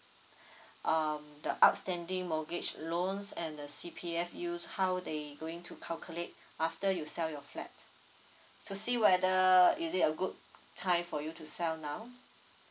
um the outstanding mortgage loans and the C_P_F you how they going to calculate after you sell your flat to see whether is it a good time for you to sell now